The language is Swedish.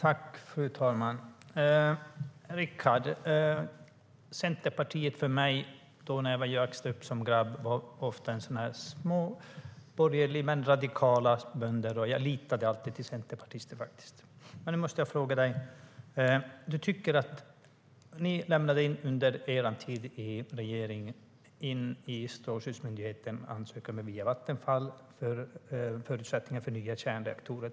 Fru talman! Rickard! Centerpartiet för mig när jag växte upp var ofta borgerliga men radikala småbönder. Jag litade alltid till centerpartister, faktiskt. Men nu måste jag fråga dig en sak. Under er tid i regeringen lämnade ni via Vattenfall en ansökan till Strålskyddsmyndigheten om att undersöka förutsättningarna för två nya kärnreaktorer.